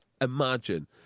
imagine